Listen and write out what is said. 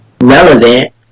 relevant